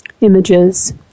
images